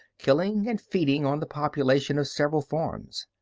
killing and feeding on the population of several farms.